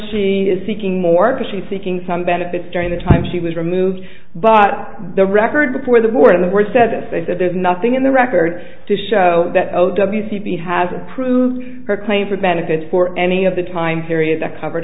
she is seeking more because she's seeking some benefits during the time she was removed but the record before the board in the words said this they said there's nothing in the record to show that o w c p has approved her claim for benefits for any of the time period that covered